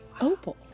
opal